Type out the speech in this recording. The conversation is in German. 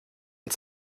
und